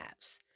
apps